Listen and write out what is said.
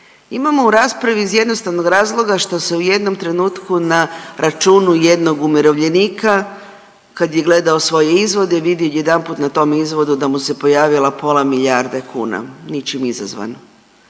Imamo u raspravi iz jednostavnog razloga što se u jednom trenutku na računu jednog umirovljenika kad je gledao svoje izvode vidio odjedanput na tom izvodu da mu se pojavila pola milijarde kuna, ničim izazvan.